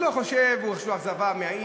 הוא לא חושב, הוא יש לו אכזבה מהעיר,